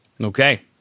okay